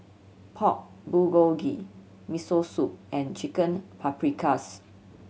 Pork Bulgogi Miso Soup and Chicken Paprikas